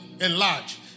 enlarge